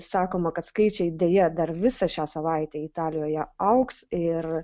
sakoma kad skaičiai deja dar visą šią savaitę italijoje augs ir